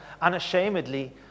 unashamedly